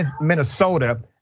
Minnesota